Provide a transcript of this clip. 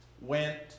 went